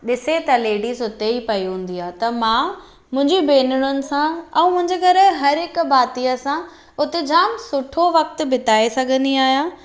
ॾिसे त लेडीस उते ई पई हूंदी आहे त मां मुंहिंजी भेनरुनि सां ऐं मुंहिंजे घर जे हर हिकु भातीअ सां उते जाम सुठो वक़्तु बिताए सघंदी आहियां